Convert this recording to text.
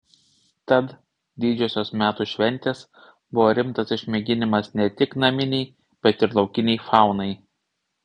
tad didžiosios metų šventės buvo rimtas išmėginimas ne tik naminei bet ir laukinei faunai